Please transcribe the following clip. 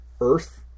earth